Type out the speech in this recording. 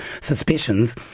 suspicions